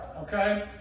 okay